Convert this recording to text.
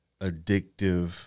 addictive